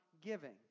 giving